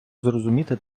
зрозуміти